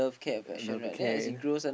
love care